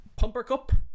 Pumpercup